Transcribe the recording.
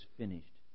finished